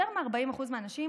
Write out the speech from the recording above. יותר מ-40% מהנשים,